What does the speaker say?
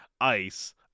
ice